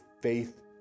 faith